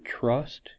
trust